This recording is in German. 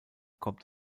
kommt